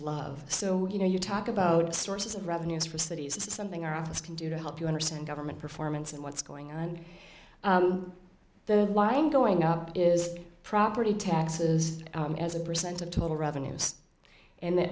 love so you know you talk about sources of revenues for cities it's something our office can do to help you understand government performance and what's going on the wind going up is property taxes as a percent of total revenues and